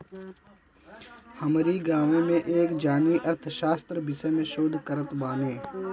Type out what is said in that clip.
हमरी गांवे में एक जानी अर्थशास्त्र विषय में शोध करत बाने